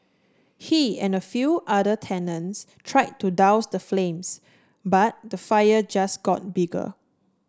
he and a few other tenants tried to douse the flames but the fire just got bigger